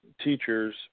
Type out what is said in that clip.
teachers